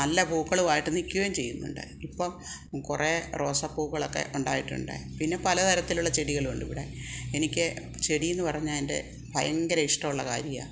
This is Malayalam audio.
നല്ല പൂക്കളുമായിട്ട് നിക്കുവേം ചെയ്യുന്നുണ്ട് ഇപ്പം കുറെ റോസാപ്പൂക്കളൊക്കെ ഉണ്ടായിട്ടുണ്ട് പിന്നെ പലതരത്തിലുള്ള ചെടികളുണ്ട് ഇവിടെ എനിക്ക് ചെടിയെന്ന് പറഞ്ഞാൽ എൻ്റെ ഭയങ്കര ഇഷ്ടമുള്ള കാര്യമാണ്